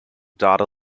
data